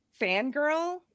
fangirl